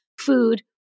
food